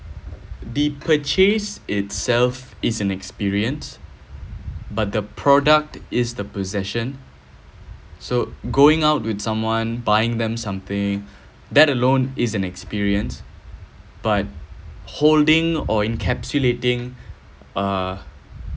the purchase itself is an experience but the product is the possession so going out with someone buying them something that alone is an experience but holding or encapsulating uh